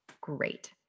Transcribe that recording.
Great